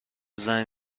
زنگ